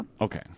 Okay